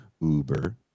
Uber